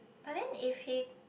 but then if he